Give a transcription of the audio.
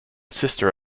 sister